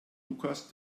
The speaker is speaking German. lukas